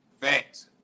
Facts